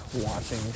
watching